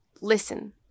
Listen